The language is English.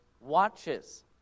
watches